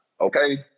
okay